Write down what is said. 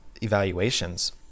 evaluations